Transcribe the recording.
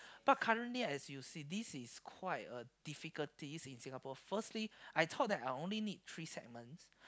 but currently as you see this is quite a difficulties in Singapore firstly I thought I only need three segments